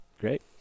great